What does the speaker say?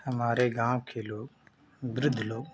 हमारे गाँव के लोग वृद्ध लोग